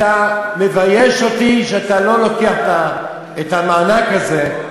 אתה מבייש אותי אם אתה לא לוקח את המענק הזה,